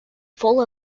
full